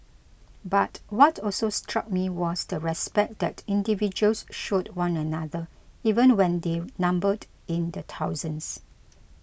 but what also struck me was the respect that individuals showed one another even when they numbered in the thousands